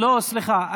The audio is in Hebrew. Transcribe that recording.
לא, סליחה.